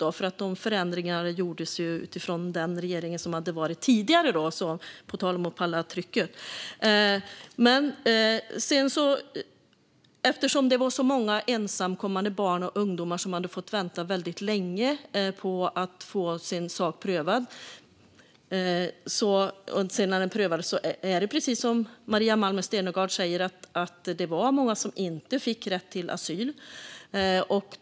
Dessa förändringar gjordes ju utifrån den regering som hade varit tidigare - på tal om att palla trycket. Många ensamkommande barn och ungdomar hade fått vänta väldigt länge på att få sin sak prövad. När den sedan prövades var det, precis som Maria Malmer Stenergard säger, många som inte fick rätt till asyl.